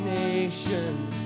nations